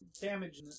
Damage